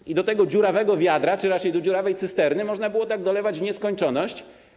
I do tego dziurawego wiadra czy raczej do dziurawej cysterny można było tak dolewać w nieskończoność.